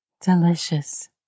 delicious